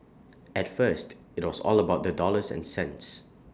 at first IT was all about the dollars and cents